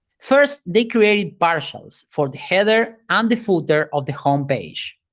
first they created partials for the header and the footer of the homepage.